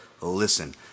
Listen